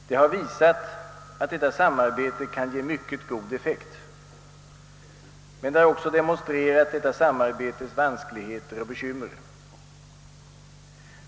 Det har visat sig att detta samarbete kan ge mycket god effekt. Men det har också demonstrerat samarbetets vanskligheter och bekymmer.